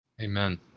Amen